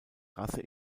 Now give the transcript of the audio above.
rasse